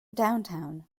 downtown